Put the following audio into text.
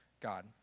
God